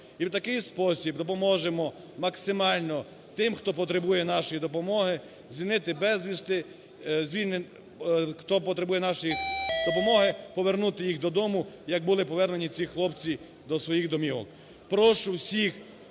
І в такий спосіб допоможемо максимально тим, хто потребує нашої допомоги, звільнити без вісти… хто потребує нашої допомоги, повернути їх додому, як були повернені ці хлопці до своїх домівок. Прошу всіх